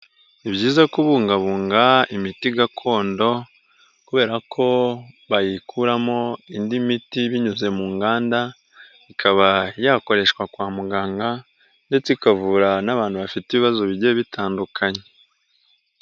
Ni byiza kubungabunga imiti gakondo kubera ko bayikuramo indi miti binyuze mu nganda, ikaba yakoreshwa kwa muganga ndetse ikavura n'abantu bafite ibibazo bigiye bitandukanye.